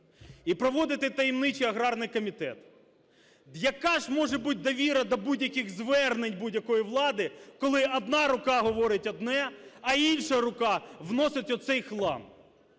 І проводите таємничий аграрний комітет. Яка ж може бути довіра до будь-яких звернень будь-якої влади, коли одна рука говорить одне, а інша рука вносить оцей хлам?